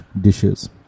dishes